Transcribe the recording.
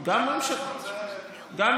גם הממשלה הזאת.